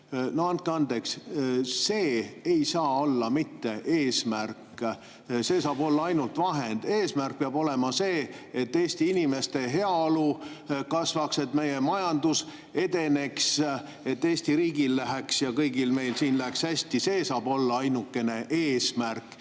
No andke andeks, see ei saa olla mitte eesmärk, see saab olla ainult vahend. Eesmärk peab olema see, et Eesti inimeste heaolu kasvaks, et meie majandus edeneks, et Eesti riigil ja kõigil meil siin läheks hästi. See saab olla ainukene eesmärk,